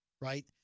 right